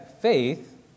faith